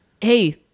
hey